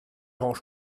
range